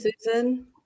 Susan